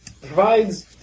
provides